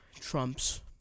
Trump's